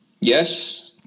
yes